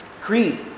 Creed